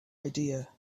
idea